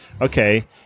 okay